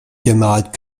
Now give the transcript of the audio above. camarades